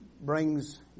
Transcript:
brings